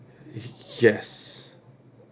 yes